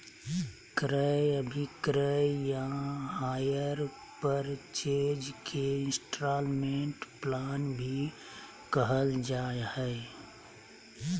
क्रय अभिक्रय या हायर परचेज के इन्स्टालमेन्ट प्लान भी कहल जा हय